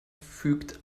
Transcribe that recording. fügt